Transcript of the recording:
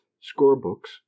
score-books